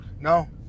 No